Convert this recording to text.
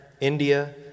India